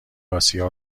آسیا